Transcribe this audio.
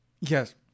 yes